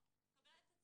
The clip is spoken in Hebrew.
אז מבחינתי אפשר.